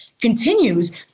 continues